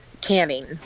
canning